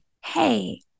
hey